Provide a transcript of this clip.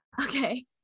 Okay